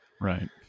Right